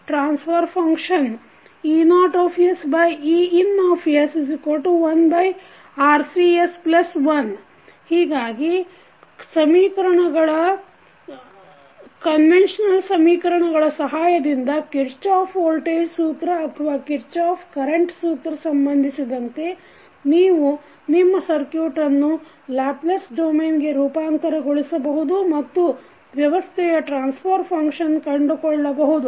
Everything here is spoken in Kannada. ಟ್ರಾನ್ಸಫರ್ ಫಂಕ್ಷನ್ E0Ein1RCs1 ಹೀಗಾಗಿ ಸಮೀಕರಣಗಳ ಸಹಾಯದಿಂದ ಕಿರ್ಚಾಫ್ ವೋಲ್ಟೇಜ್ ಸೂತ್ರ ಅಥವಾ ಕಿರ್ಚಾಫ್ ಕರೆಂಟ್ ಸೂತ್ರ ಸಂಬಂಧಿಸಿದಂತೆ ನೀವು ನಿಮ್ಮ ಸರ್ಕುಟನ್ನು ಲ್ಯಾಪ್ಲೇಸ್ ಡೊಮೇನ್ಗೆ ರೂಪಾಂತರಗೊಳಿಸಬಹುದು ಮತ್ತು ವ್ಯವಸ್ಥೆಯ ಟ್ರಾನ್ಸಫರ್ ಫಂಕ್ಷನ್ ಕಂಡುಕೊಳ್ಳಬಹುದು